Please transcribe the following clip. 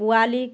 পোৱালিক